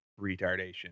retardation